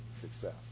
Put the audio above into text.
success